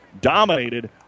dominated